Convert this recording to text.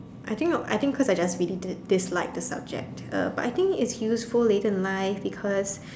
I think not I think I just really dislike the subject but I think it's useful later in life because